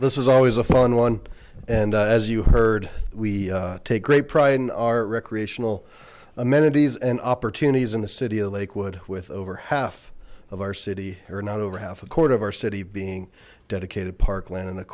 this is always a fun one and as you heard we take great pride in our recreational amenities and opportunities in the city of lakewood with over half of our city or not over half a quarter of our city being dedicated parkland and of